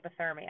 hypothermia